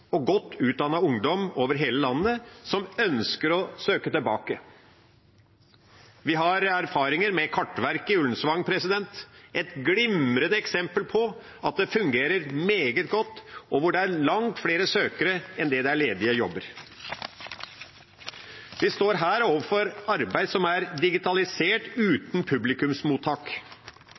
med godt utdannet ungdom over hele landet, som ønsker å søke tilbake. Vi har erfaringer med Kartverket i Ullensvang, et glimrende eksempel på at det fungerer meget godt, og hvor det er langt flere søkere enn det er ledige jobber. Vi står her overfor arbeid som er digitalisert og uten publikumsmottak.